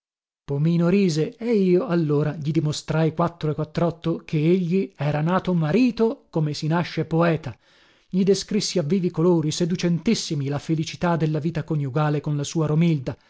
pomino rise e io allora gli dimostrai quattro e quattrotto che egli era nato marito come si nasce poeta gli descrissi a vivi colori seducentissimi la felicità della vita coniugale con la sua